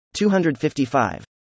255